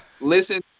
listen